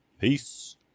Peace